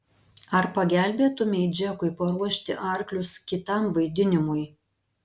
ar pagelbėtumei džekui paruošti arklius kitam vaidinimui